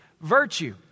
virtue